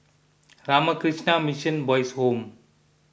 Ramakrishna Mission Boys' Home